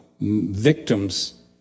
victims